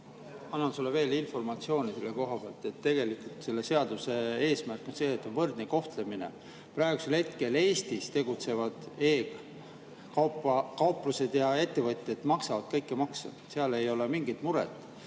annan sulle veel informatsiooni selle koha pealt, et tegelikult selle seaduse eesmärk on võrdne kohtlemine. Praegusel hetkel Eestis tegutsevad e‑kauplused ja ettevõtted maksavad kõik makse, seal ei ole mingit muret.